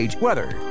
Weather